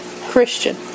Christian